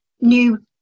new